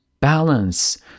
balance